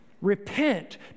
Repent